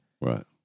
Right